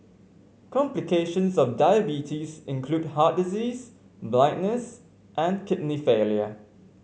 complications of diabetes include heart disease blindness and kidney failure